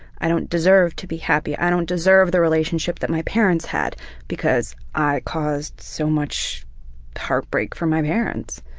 i don't deserve to be happy, i don't deserve the relationship that my parents had because i caused so much heartbreak for my parents.